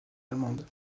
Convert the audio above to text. allemande